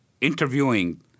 interviewing